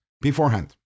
beforehand